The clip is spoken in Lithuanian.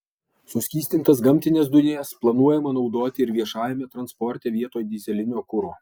suskystintas gamtines dujas planuojama naudoti ir viešajame transporte vietoj dyzelinio kuro